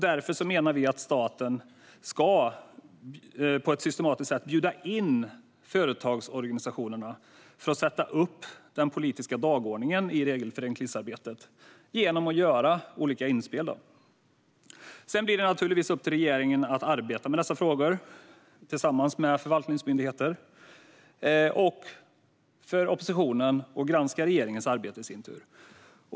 Därför menar vi att staten på ett systematiskt sätt ska bjuda in företagsorganisationerna för att sätta upp den politiska dagordningen i regelförenklingsarbetet genom att göra olika inspel. Sedan blir det naturligtvis upp till regeringen att arbeta med dessa frågor tillsammans med förvaltningsmyndigheter och i sin tur för oppositionen att granska regeringens arbete.